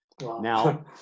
Now